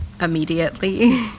immediately